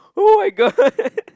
[oh]-my-god